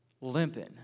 limping